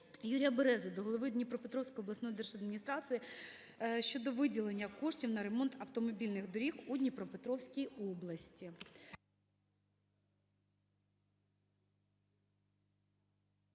Юрія Берези до голови Дніпропетровської обласної держадміністрації щодо виділення коштів на ремонт автомобільних доріг у Дніпропетровській області.